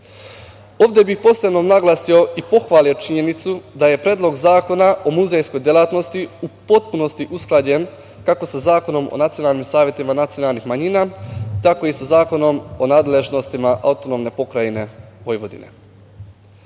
bih posebno naglasio i pohvalio činjenicu da je Predlog zakona o muzejskoj delatnosti u potpunosti usklađen kako sa Zakonom o nacionalnim savetima nacionalnih manjina, tako i sa Zakonom o nadležnostima AP Vojvodine. Dakle,